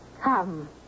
come